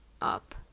up